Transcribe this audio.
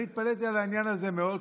אני התפלאתי על העניין הזה מאוד,